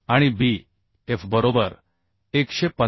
आणि bf बरोबर 150 tf